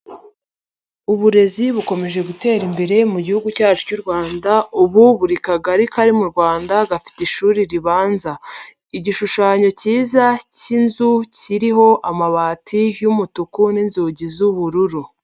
Uburezi bukomeje gutera imbere mu Gihugu cyacu cy'u Rwanda, ubu buri kagari kari mu Rwanda gafite ishuri ribanza, igishushanyo kiza k'inzu kiriho amabati y'umutuku n'inzugi z'ubururu.